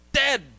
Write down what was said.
dead